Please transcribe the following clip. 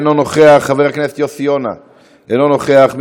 אינו נוכח,